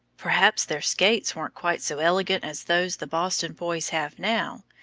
perhaps their skates weren't quite so elegant as those the boston boys have now,